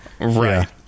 right